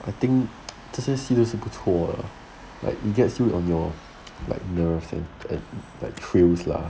I think 这些戏都是不错的 like it gets you on your like nerve and like thrills lah